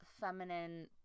feminine